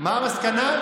מה המסקנה?